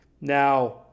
Now